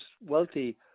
wealthy